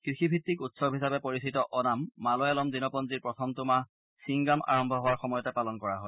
কৃষিভিত্তিক উৎসৱ হিচাপে পৰিচিত অ'নাম মালয়ালম দিনপঞ্জীৰ প্ৰথমটো মাহ ছিংগাম আৰম্ভ হোৱাৰ সময়তে পালন কৰা হয়